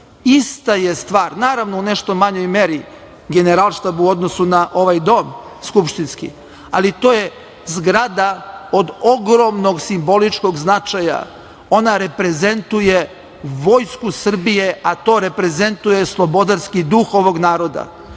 Ista je stvar, naravno, u nešto manjoj meri Generalštab u odnosu na ovaj dom Skupštinski, ali to je zgrada od ogromnog simboličkog značaja, ona reprezentuje Vojsku Srbije, a to reprezentuje duh ovog naroda